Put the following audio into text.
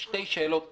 זה שתי שאלות נפרדות.